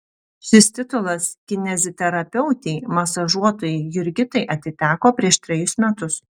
šis titulas kineziterapeutei masažuotojai jurgitai atiteko prieš trejus metus